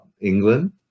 England